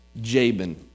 Jabin